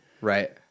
right